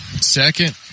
second